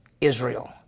Israel